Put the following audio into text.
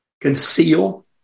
conceal